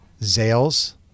zales